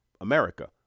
America